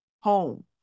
home